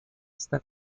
está